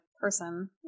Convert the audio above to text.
person